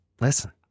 listen